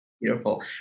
Beautiful